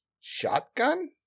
shotgun